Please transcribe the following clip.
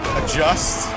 adjust